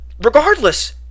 regardless